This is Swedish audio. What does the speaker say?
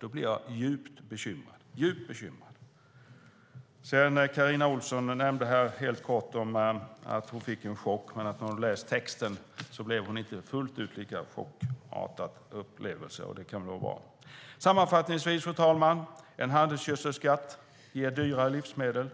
Då blir jag djupt bekymrad. Carina Ohlsson nämnde att hon fick en chock men att upplevelsen inte var fullt ut lika chockartad sedan hon läst texten. Det kan väl vara bra. Sammanfattningsvis, fru talman: En handelsgödselskatt ger dyrare livsmedel.